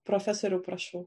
profesoriau prašau